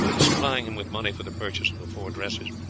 supplying him with money for the purchase of the four dresses.